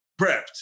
Prepped